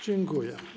Dziękuję.